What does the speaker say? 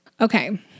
Okay